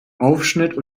aufschnitt